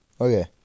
Okay